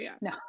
no